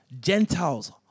Gentiles